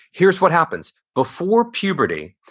here's what happens. before puberty,